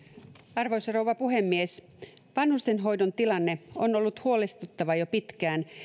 arvoisa rouva puhemies vanhustenhoidon tilanne on ollut huolestuttava jo pitkään